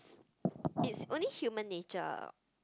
it's only human nature